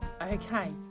okay